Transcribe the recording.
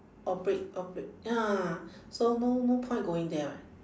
operate operate ya so no no point going there right